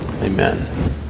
Amen